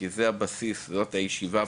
כי זה הבסיס בוועדה הזו,